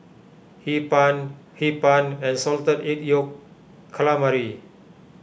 Hee Pan Hee Pan and Salted Egg Yolk Calamari